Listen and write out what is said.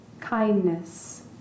kindness